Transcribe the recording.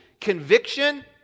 conviction